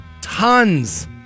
Tons